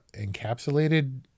encapsulated